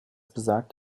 besagt